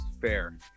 fair